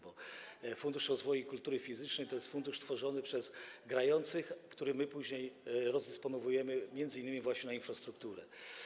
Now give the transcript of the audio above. bo Fundusz Rozwoju Kultury Fizycznej to jest fundusz tworzony przez grających, który my później rozdysponowujemy m.in. właśnie na infrastrukturę.